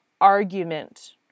argument